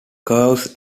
curves